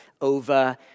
over